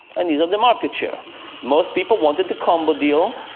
and these are the market shares most people wanted the combo deal.